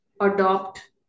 adopt